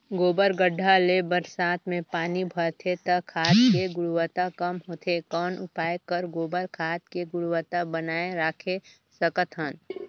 गोबर गढ्ढा ले बरसात मे पानी बहथे त खाद के गुणवत्ता कम होथे कौन उपाय कर गोबर खाद के गुणवत्ता बनाय राखे सकत हन?